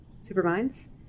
superminds